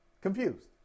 confused